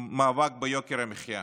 מאבק ביוקר המחיה,